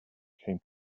came